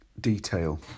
detail